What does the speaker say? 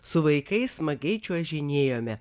su vaikais smagiai čiuožinėjome